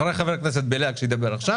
אחרי חבר הכנסת בליאק שידבר עכשיו.